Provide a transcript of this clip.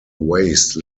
waste